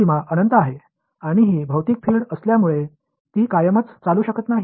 ही सीमा अनंत आहे आणि ही भौतिक फील्ड असल्यामुळे ती कायमच चालू शकत नाही